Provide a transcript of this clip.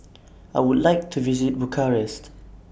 I Would like to visit Bucharest